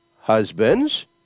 Husbands